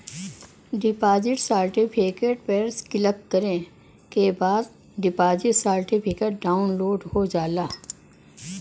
deposit certificate पर click करे के बाद डिपॉजिट सर्टिफिकेट डाउनलोड हो जाला